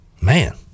Man